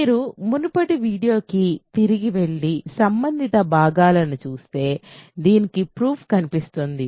మీరు మునుపటి వీడియోకి తిరిగి వెళ్లి సంబంధిత భాగాలను చూస్తే దీనికి ప్రూఫ్ కనిపిస్తుంది